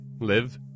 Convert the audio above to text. live